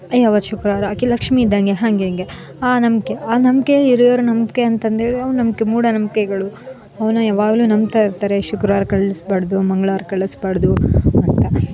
ಏ ಅವತ್ತು ಶುಕ್ರವಾರ ಆಕೆ ಲಕ್ಷ್ಮೀ ಇದ್ದಂತೆ ಹಂಗೆಂಗೆ ಆ ನಂಬಿಕೆ ಹಿರಿಯರ ನಂಬಿಕೆ ಅಂತಂದ್ರೆ ಅವು ನಂಬಿಕೆ ಮೂಢನಂಬಿಕೆಗಳು ಅವನ್ನು ಯಾವಾಗಲೂ ನಂಬ್ತಾ ಇರ್ತಾರೆ ಶುಕ್ರವಾರ ಕಳಿಸ್ಬಾರ್ದು ಮಂಗ್ಳವಾರ ಕಳಿಸ್ಬಾರ್ದು ಅಂತ